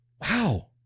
wow